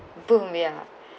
boom ya